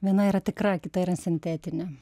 viena yra tikra kita yra sintetinė